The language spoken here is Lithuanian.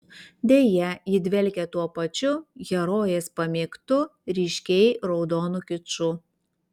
deja ji dvelkia tuo pačiu herojės pamėgtu ryškiai raudonu kiču